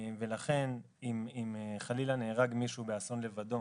ולכן, אם חלילה נהרג מישהו באסון לבדו